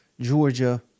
Georgia